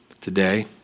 today